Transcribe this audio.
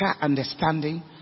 understanding